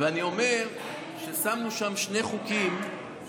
אני אומר ששמנו שם שני חוקים,